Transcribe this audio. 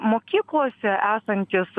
mokyklose esantys